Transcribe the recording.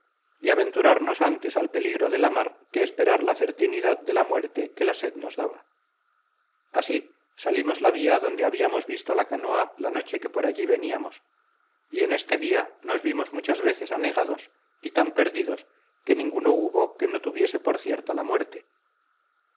y aventuramos antes al peligro de la mar que esperar la certinidad de la muerte que la sed nos daba así salimos la vía donde habíamos visto la canoa la noche que por allí veníamos y en este día nos vimos muchas veces anegados y tan perdidos que ninguno hubo que no tuviese por cierta la muerte